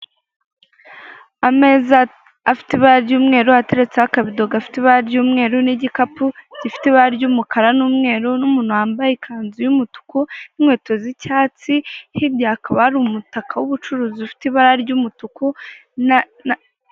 Ameza afite ibara ry'umweru, ateretseho akabido gafite ibara ry'umweru, n'igikapu gifite ibara ry'umukara n'umweru, n'umuntu wambaye ikanzu y'umutuku n'inkweto z'icyatsi, hirya hakaba hari umutaka w'ubucuruzi ufite ibara ry'umutuku, na.